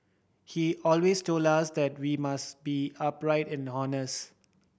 he always told us that we must be upright and honest